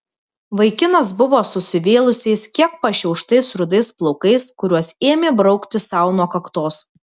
vaikinas buvo susivėlusiais kiek pašiauštais rudais plaukais kuriuos ėmė braukti sau nuo kaktos